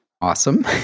Awesome